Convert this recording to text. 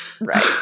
Right